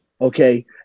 okay